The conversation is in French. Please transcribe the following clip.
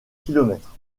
kilomètres